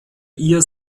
ihr